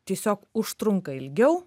tiesiog užtrunka ilgiau